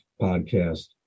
podcast